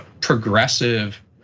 progressive